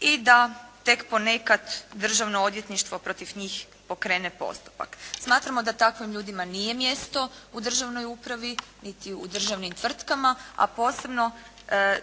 i da tek ponekad Državno odvjetništvo protiv njih pokrene postupak. Smatramo da takvim ljudima nije mjesto u državnoj upravi niti u državnim tvrtkama, a posebno